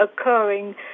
occurring